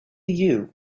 you